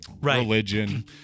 religion